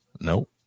Nope